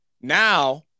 Now